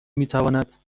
میتواند